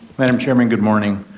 madam chairman, good morning.